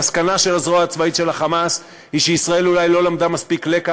המסקנה של הזרוע הצבאית של ה"חמאס" היא שישראל אולי לא למדה מספיק לקח.